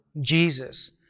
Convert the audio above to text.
Jesus